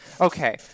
okay